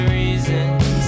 reasons